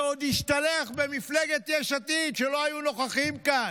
ועוד השתלח במפלגת יש עתיד שלא היו נוכחים כאן.